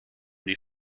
die